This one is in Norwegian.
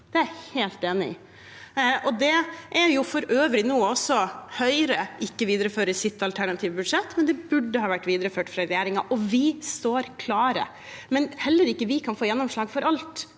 Det er jeg helt enig i. For øvrig er det noe heller ikke Høyre viderefører i sitt alternative budsjett, men det burde ha vært videreført fra regjeringen. Vi står klar, men heller ikke vi kan få gjennomslag for alt,